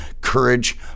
courage